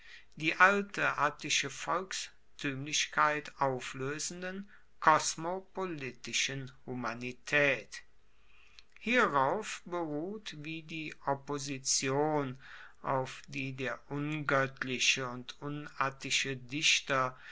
die alte attische volkstuemlichkeit aufloesenden kosmopolitischen humanitaet hierauf beruht wie die opposition auf die der ungoettliche und unattische dichter